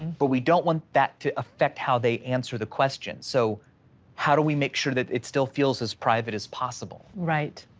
but we don't want that to affect how they answer the question. so how do we make sure that it still feels as private as possible? right.